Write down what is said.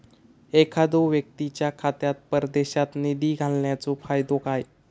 एखादो व्यक्तीच्या खात्यात परदेशात निधी घालन्याचो फायदो काय?